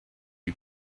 you